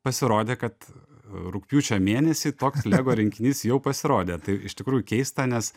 pasirodė kad rugpjūčio mėnesį toks lego rinkinys jau pasirodė tai iš tikrųjų keista nes